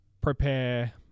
prepare